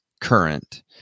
current